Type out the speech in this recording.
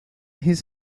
his